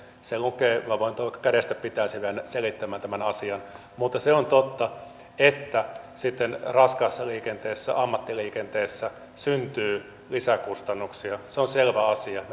se lukee siellä minä voin tulla vaikka kädestä pitäen vielä selittämään tämän asian mutta se on totta että sitten raskaassa liikenteessä ammattiliikenteessä syntyy lisäkustannuksia se on selvä asia